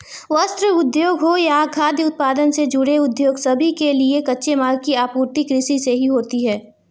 वस्त्र उद्योग हो या खाद्य उत्पादन से जुड़े उद्योग सभी के लिए कच्चे माल की आपूर्ति कृषि से ही होती है